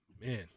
man